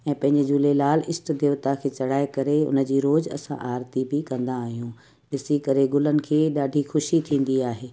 ऐं पंहिंजे झूलेलाल ईष्ट देवता खे चढ़ाए करे उनजी रोज असां आरती बि कंदा आहियूं ॾिसी करे गुलनि खे ॾाढी ख़ुशी थींदी आहे